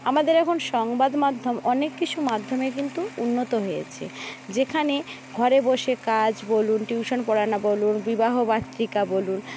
আমাদের এখন সংবাদ মাধ্যম অনেক কিছু মাধ্যমে কিন্তু উন্নত হয়েছে যেখানে ঘরে বসে কাজ বলুন টিউশন পড়ানো বলুন বিবাহ বলুন